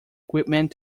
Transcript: equipment